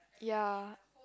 ya